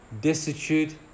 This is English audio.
destitute